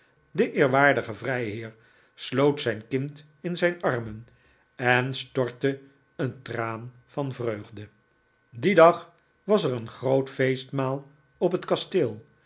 de eerwaardige vrijheer sloot zijn kind in zijn armen en stortte een traan van vreugde dien dag was er een groot feestmaal op het kasteel